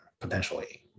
potentially